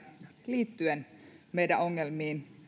liittyen meidän ongelmiimme